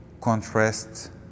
contrast